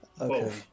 Okay